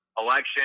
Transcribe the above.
election